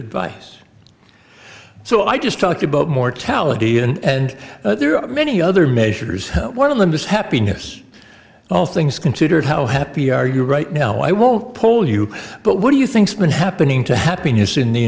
advice so i just talked about mortality and there are many other measures one of them is happiness all things considered how happy are you right now i won't pull you but what do you think's been happening to happiness in the